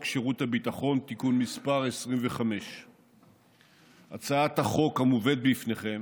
שירות הביטחון (תיקון מס' 25). הצעת החוק המובאת בפניכם